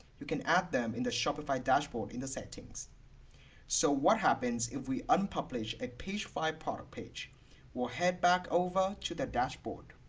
you can add them in the shopify dashboard in the settings so what happens if we unpublish a pagefly product page we'll head back over to the dashboard